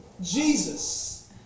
Jesus